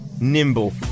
nimble